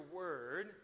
word